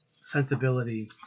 sensibility